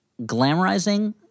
glamorizing